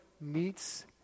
meets